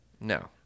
No